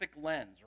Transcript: lens